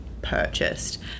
purchased